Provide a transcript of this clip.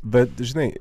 bet žinai